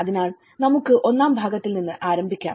അതിനാൽ നമുക്ക് ഒന്നാം ഭാഗത്തിൽ നിന്ന് ആരംഭിക്കാം